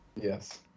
Yes